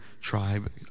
tribe